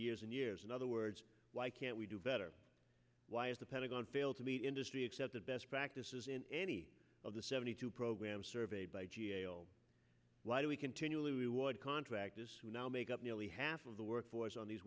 years and years in other words why can't we do better why is the pentagon failed to meet industry except the best practices in any of the seventy two programs surveyed by g a o why do we continually reward contractors who now make up nearly half of the workforce on these